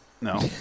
no